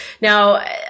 Now